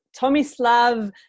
Tomislav